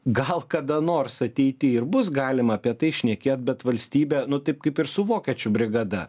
gal kada nors ateity ir bus galima apie tai šnekėt bet valstybė nu taip kaip ir su vokiečių brigada